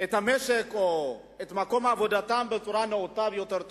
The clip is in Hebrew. המשק או את מקום עבודתם בצורה נאותה ויותר טובה.